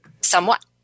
somewhat